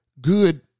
good